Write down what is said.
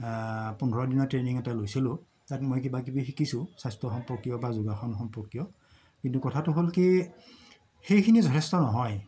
পোন্ধৰ দিনৰ ট্ৰেইনিং এটা লৈছিলোঁ তাত মই কিবাকিবি শিকিছোঁ স্বাস্থ্য সম্পৰ্কীয় বা যোগাসন সম্পৰ্কীয় কিন্তু কথাটো হ'ল কি সেইখিনি যথেষ্ট নহয়